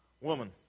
woman